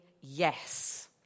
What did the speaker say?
yes